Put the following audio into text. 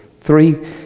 three